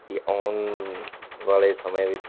ਕਿ ਆਉਣ ਵਾਲੇ ਸਮੇਂ ਵਿੱਚ